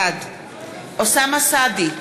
בעד אוסאמה סעדי,